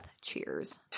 Cheers